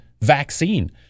vaccine